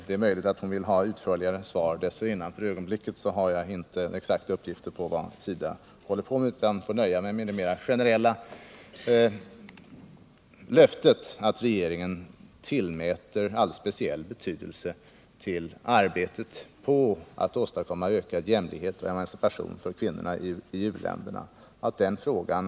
Det är möjligt att hon vill ha utförligare svar dessförinnan, men för ögonblicket har jag inte exakta uppgifter om vad SIDA håller på med utan får nöja mig med det mera generella uttalandet att regeringen tillmäter arbetet på att åstadkomma ökad jämlikhet och emancipation för kvinnorna i u-länderna en alldeles speciell betydelse.